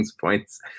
points